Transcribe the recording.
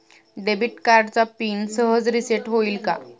Debit कार्डचा pin सहज reset होईल का?